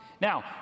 Now